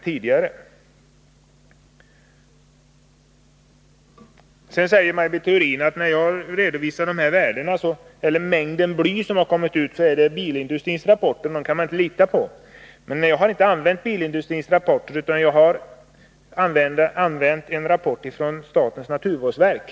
Maj Britt Theorin sade vidare att jag när jag redovisade de mängder bly som släpps ut använde mig av bilindustrins rapporter, som man enligt hennes mening inte kan lita på. Men jag har inte använt bilindustrins rapporter utan en rapport från statens naturvårdsverk.